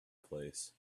place